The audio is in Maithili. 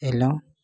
एलहुॅं